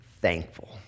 Thankful